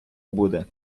буде